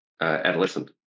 adolescent